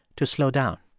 to slow down.